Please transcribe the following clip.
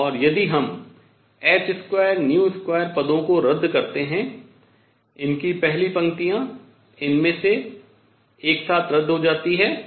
और यदि हम h22 पदों को रद्द करते हैं इनकी पहली पंक्तियाँ इनमें से एक साथ रद्द हो जाती है